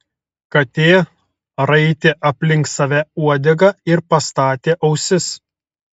katė raitė aplink save uodegą ir pastatė ausis